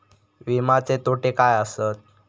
विमाचे तोटे काय आसत?